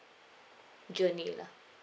journey lah